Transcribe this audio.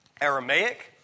Aramaic